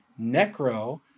Necro